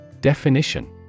Definition